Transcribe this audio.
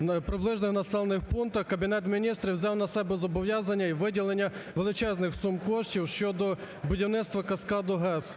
в приближених населених пунктах, Кабінет Міністрів взяв на себе зобов'язання і виділення величезних сум коштів щодо будівництва каскаду ГЕС